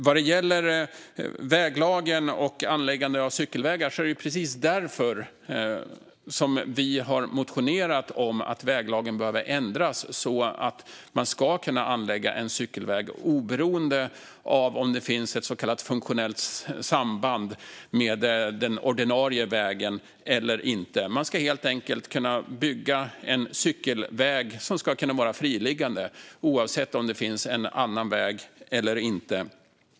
Vad gäller väglagen och anläggande av cykelvägar är det precis därför vi har motionerat om att väglagen behöver ändras så att man ska kunna anlägga en cykelväg oberoende av om det finns ett så kallat funktionellt samband med den ordinarie vägen eller inte. Man ska helt enkelt kunna bygga en cykelväg som ska kunna vara friliggande oavsett om det finns en annan väg eller inte.